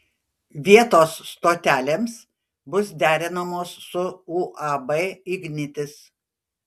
vietos stotelėms bus derinamos su uab ignitis